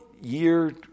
year